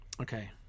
Okay